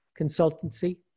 consultancy